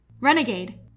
Renegade